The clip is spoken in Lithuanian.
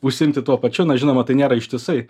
užsiimti tuo pačiu na žinoma tai nėra ištisai